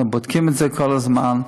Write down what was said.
אנחנו בודקים את זה כל הזמן,